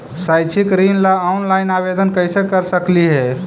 शैक्षिक ऋण ला ऑनलाइन आवेदन कैसे कर सकली हे?